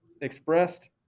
expressed